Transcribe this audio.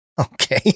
Okay